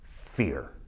Fear